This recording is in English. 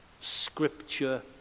scripture